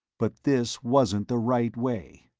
but this wasn't the right way.